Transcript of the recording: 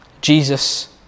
Jesus